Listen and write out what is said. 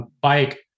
bike